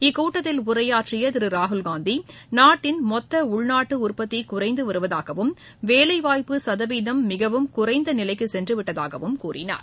இக்கூட்டத்தில் உரையாற்றிய திரு ராகுல்காந்தி நாட்டின் மொத்த உள்நாட்டு உற்பத்தி குறைந்து வருவதாகவும் வேலைவாய்ப்பு சதவீதம் மிகவும் குறைந்த நிலைக்குச் சென்றுவிட்டதாகவும் கூறினார்